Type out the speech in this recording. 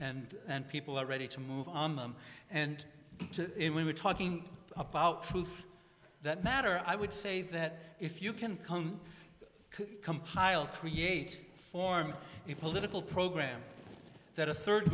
and people are ready to move on them and we were talking about truth that matter i would say that if you can come compile create form a political program th